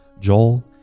Joel